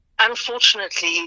Unfortunately